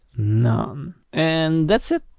none and that's it!